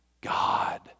God